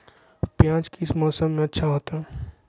प्याज किस मौसम में अच्छा होता है?